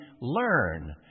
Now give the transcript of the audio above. learn